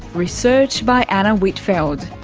research by anna whitfeld,